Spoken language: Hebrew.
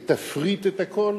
היא תפריט את הכול?